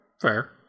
Fair